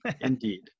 indeed